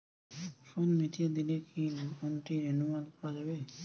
সুদ মিটিয়ে দিলে কি লোনটি রেনুয়াল করাযাবে?